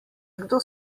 kdo